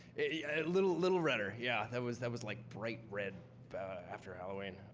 a little little runner, yeah, that was that was like bright red after halloween.